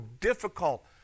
difficult